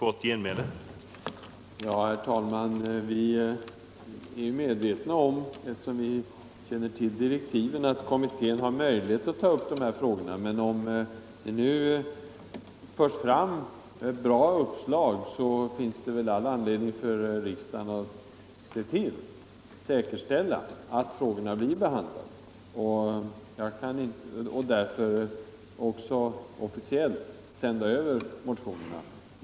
Herr talman! Vi är medvetna om, eftersom vi känner till direktiven, att kommittén har möjlighet att ta upp de här frågorna. Men om det förs fram goda uppslag, så finns det väl all anledning för riksdagen att säkerställa att de också blir behandlade genom att officiellt sända över motionerna.